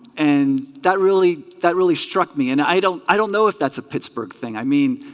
and that really that really struck me and i don't i don't know if that's a pittsburgh thing i mean